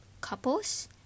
couples